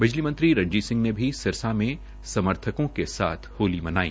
बिजली मंत्री रंजीत सिंह ने भी सिरसा में समर्थकों के साथ होली मनाई